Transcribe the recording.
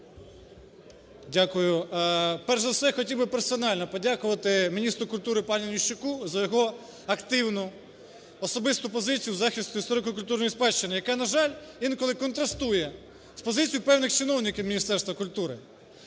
Дякую. Перш за все, хотів би персонально подякувати міністру культури пану Нищуку за його активну особисту позицію в захисті історико-культурної спадщини, яка, на жаль, інколи контрастує з позицією певних чиновників Міністерства культури.